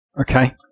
Okay